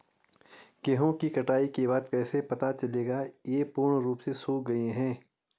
गेहूँ की कटाई के बाद कैसे पता चलेगा ये पूर्ण रूप से सूख गए हैं?